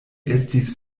estis